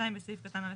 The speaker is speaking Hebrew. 2. בסעיף קטן (א)(1)